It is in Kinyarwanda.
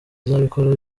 nzabikora